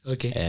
Okay